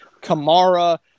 Kamara